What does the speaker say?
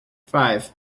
five